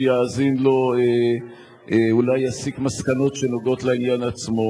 שיאזין לו אולי יסיק מסקנות שנוגעות לעניין עצמו.